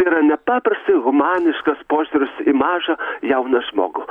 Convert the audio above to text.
yra nepaprastai humaniškas požiūris į mažą jauną žmogų